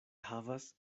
havas